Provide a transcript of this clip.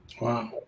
Wow